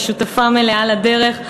שהיא שותפה מלאה לדרך,